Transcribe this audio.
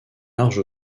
large